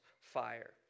fire